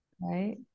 Right